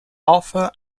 arthur